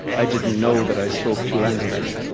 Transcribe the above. i didn't know that i spoke two languages,